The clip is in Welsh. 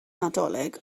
nadolig